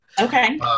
Okay